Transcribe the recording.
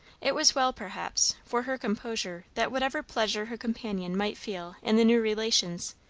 it was well, perhaps, for her composure that whatever pleasure her companion might feel in their new relations,